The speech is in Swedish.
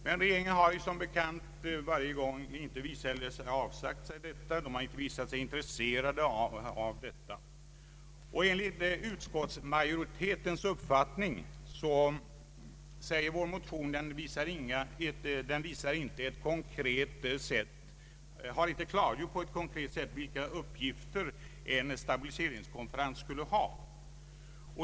Men regeringen har som bekant inte visat sig vara intresserad härav, och enligt utskottsmajoritetens uppfattning har vår motion inte på ett konkret sätt klargjort vilka uppgifter en stabiliseringskonferens skulle ha.